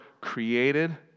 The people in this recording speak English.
created